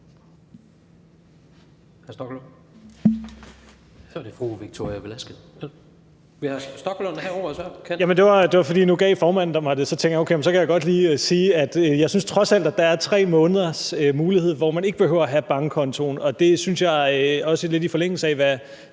lige sige, at der trods alt er 3 måneder, hvor man ikke behøver at have en bankkonto. Der synes jeg, også lidt i forlængelse af, hvad